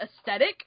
aesthetic